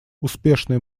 успешные